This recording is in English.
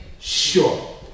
sure